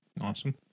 Awesome